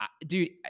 dude